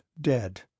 dead